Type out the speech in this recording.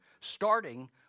starting